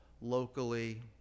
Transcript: locally